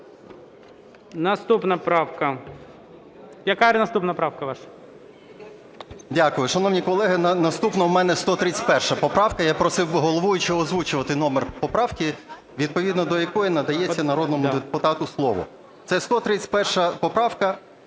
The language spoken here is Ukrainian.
Наступна правка. Яка наступна правка ваша? 11:49:36 ПАПІЄВ М.М. Дякую. Шановні колеги, наступна в мене 131 поправка. Я просив би головуючого озвучувати номер поправки, відповідно до якої надається народному депутату слово. Це 131 поправка,